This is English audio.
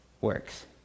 works